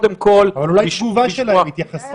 אבל אולי תגובה שלהם, התייחסות לעניין.